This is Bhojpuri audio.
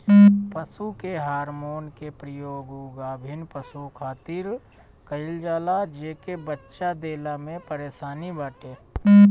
पशु के हार्मोन के प्रयोग उ गाभिन पशु खातिर कईल जाला जेके बच्चा देला में परेशानी बाटे